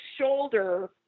shoulder